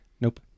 Nope